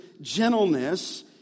gentleness